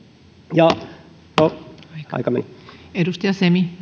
ja aika meni